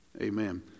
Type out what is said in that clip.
Amen